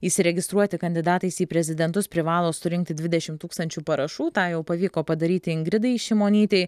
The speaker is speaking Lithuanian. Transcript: įsiregistruoti kandidatais į prezidentus privalo surinkti dvidešimt tūkst parašų tą jau pavyko padaryti ingridai šimonytei